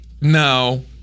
No